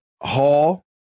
Hall